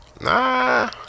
Nah